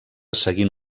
seguint